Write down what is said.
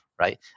right